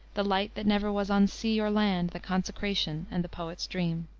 the light that never was on sea or land the consecration and the poet's dream.